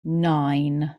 nine